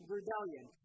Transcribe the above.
rebellion